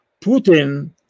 Putin